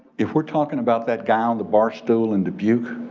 if we're talking about that guy on the bar stool in dubuque,